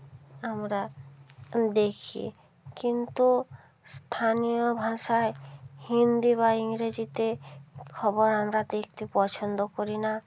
আমরা দেখি কিন্তু স্থানীয় ভাষায় হিন্দি বা ইংরেজিতে খবর আমরা দেখতে পছন্দ করি না